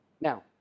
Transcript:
Now